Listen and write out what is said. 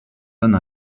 donne